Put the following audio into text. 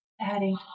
adding